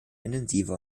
intensiver